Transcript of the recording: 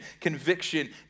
conviction